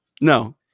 No